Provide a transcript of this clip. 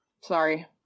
sorry